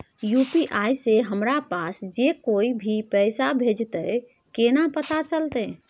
UPI से हमरा पास जे कोय भी पैसा भेजतय केना पता चलते?